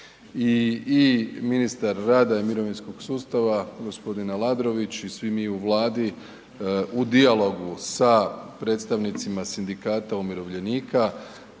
i ministar rada i mirovinskog sustava, g. Aladrović i svi mi u Vladi u dijalogu sa predstavnicima sindikata umirovljenika